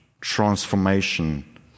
transformation